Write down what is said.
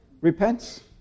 repents